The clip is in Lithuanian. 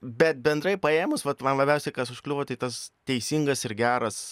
bet bendrai paėmus vat man labiausiai kas užkliuvo tai tas teisingas ir geras